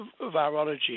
Virology